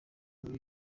muri